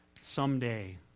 Someday